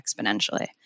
exponentially